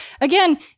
again